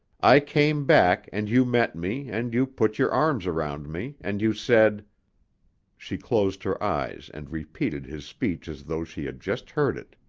i came back and you met me and you put your arms round me and you said she closed her eyes and repeated his speech as though she had just heard it